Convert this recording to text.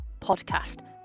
podcast